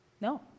No